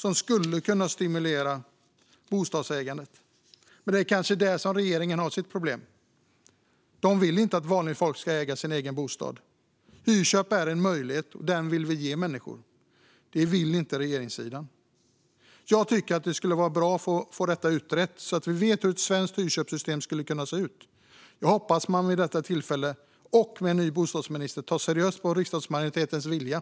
Det skulle kunna stimulera bostadsägandet. Men det kanske är där som regeringen har sitt problem: De vill inte att vanligt folk ska äga sin egen bostad. Hyrköp är en möjlighet, och den vill vi ge människor. Det vill inte regeringssidan. Jag tycker att det skulle vara bra att få detta utrett så att vi får veta hur ett svenskt hyrköpssystem skulle kunna se ut. Jag hoppas att regeringen vid detta tillfälle och med en ny bostadsminister tar seriöst på riksdagsmajoritetens vilja.